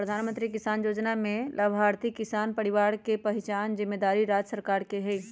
प्रधानमंत्री किसान जोजना में लाभार्थी किसान परिवार के पहिचान जिम्मेदारी राज्य सरकार के हइ